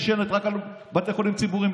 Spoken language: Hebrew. נשענת רק על בתי חולים ציבוריים.